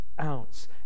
ounce